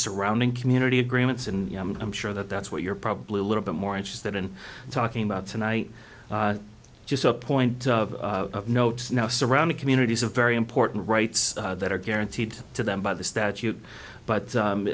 surrounding community agreements and i'm sure that that's what you're probably a little bit more interested in talking about tonight just a point of notice now surrounding communities of very important rights that are guaranteed to them by the statute but